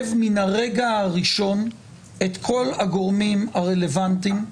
מן הרגע הראשון את כל הגורמים הרלוונטיים,